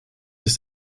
ist